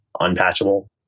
unpatchable